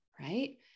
Right